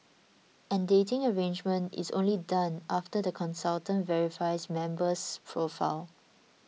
and dating arrangement is only done after the consultant verifies member's profile